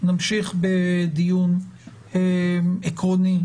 אנחנו נמשיך בדיון עקרוני,